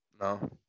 No